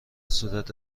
صورت